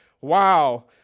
Wow